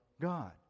god